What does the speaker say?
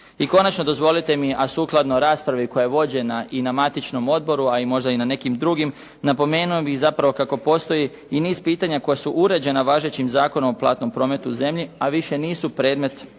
I konačno dozvolite mi, a sukladno raspravi koja je vođena i na matičnom odboru, a možda i na nekim drugim, napomenuo bih kako postoji i niz pitanja koja su uređena važećim Zakonom o platnom prometu u zemlji, a više nisu predmet